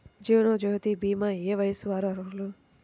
జీవనజ్యోతి భీమా ఏ వయస్సు వారు అర్హులు?